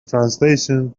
translation